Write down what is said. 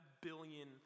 billion